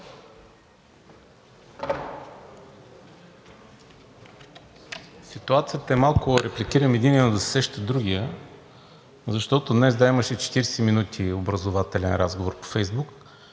Ситуацията е малко – репликирам единия, но да се сеща другият, защото днес имаше 40 минути образователен разговор по Фейсбук